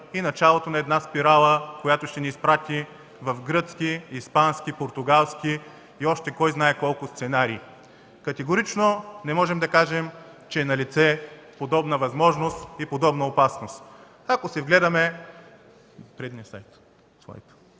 и началото на една спирала, която ще ни прати в гръцки, испански, португалски и още кой-знае колко сценарии? Категорично не можем да кажем, че е налице подобна възможност и подобна опасност. Ако се вгледаме